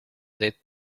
date